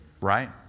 Right